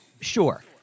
Sure